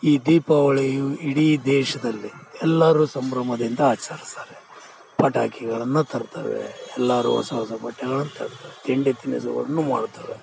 ಈ ದೀಪಾವಳಿಯು ಇಡೀ ದೇಶದಲ್ಲೇ ಎಲ್ಲಾರು ಸಂಭ್ರಮದಿಂದ ಆಚರ್ಸ್ತಾರೆ ಪಟಾಕಿಗಳನ್ನು ತರ್ತೇವೆ ಎಲ್ಲಾರು ಹೊಸ ಹೊಸ ಬಟ್ಟೆಗಳನ್ನ ತರ್ತಾರೆ ತಿಂಡಿ ತಿನಸುಗಳ್ನು ಮಾಡ್ತಾರೆ